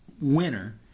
winner